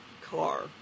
car